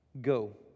Go